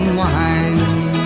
wine